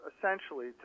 essentially